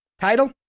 Title